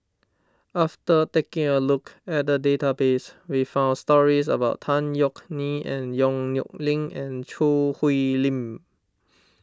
after taking a look at the database we found stories about Tan Yeok Nee and Yong Nyuk Lin and Choo Hwee Lim